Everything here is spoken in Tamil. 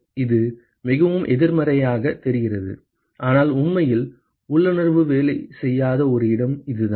எனவே இது மிகவும் எதிர்மறையாகத் தெரிகிறது ஆனால் உண்மையில் உள்ளுணர்வு வேலை செய்யாத ஒரு இடம் இதுதான்